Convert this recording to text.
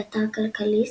באתר כלכליסט,